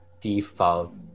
default